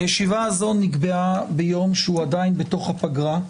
הישיבה הזאת נקבעה ביום שהוא עדיין בתוך הפגרה,